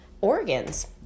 organs